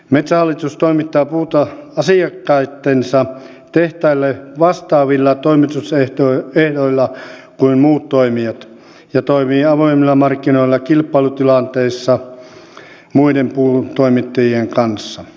metsähallitus toimittaa puuta asiakkaittensa tehtaille vastaavilla toimitusehdoilla kuin muut toimijat ja toimii avoimilla markkinoilla kilpailutilanteissa muiden puutoimittajien kanssa